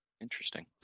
Interesting